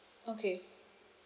okay